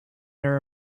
there